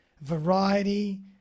variety